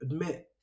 admit